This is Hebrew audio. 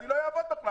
אז הוא לא יעבוד בכלל.